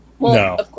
No